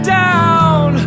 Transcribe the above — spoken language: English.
down